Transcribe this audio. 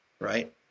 right